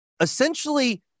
Essentially